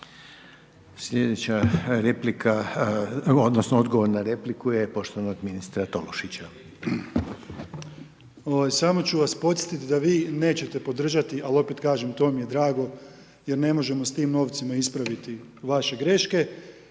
odnosno, odgovor na repliku je poštovanog ministra Tolušića.